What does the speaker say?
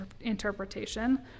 interpretation